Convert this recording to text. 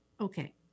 okay